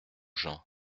gens